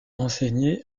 enseigné